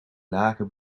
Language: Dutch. lage